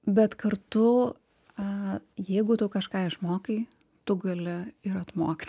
bet kartu aaa jeigu tu kažką išmokai tu gali ir atmokti